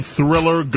Thriller